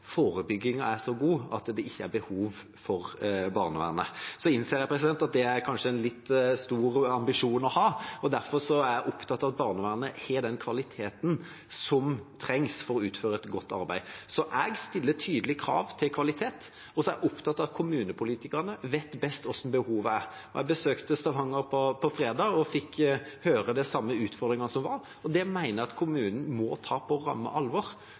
er så god at det ikke er behov for barnevernet. Så innser jeg at det kanskje er en litt stor ambisjon å ha, og derfor er jeg opptatt av at barnevernet har den kvaliteten som trengs for å utføre et godt arbeid. Så jeg stiller tydelige krav til kvalitet, og så er jeg opptatt av at kommunepolitikerne vet best hva behovet er. Jeg besøkte Stavanger på fredag og fikk høre om de samme utfordringene, og det mener jeg kommunen må ta på ramme alvor.